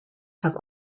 have